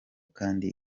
kandi